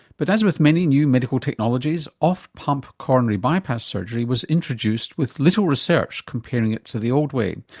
but as with many new medical technologies, off pump coronary bypass surgery was introduced with little research comparing it to the old way.